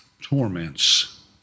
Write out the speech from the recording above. torments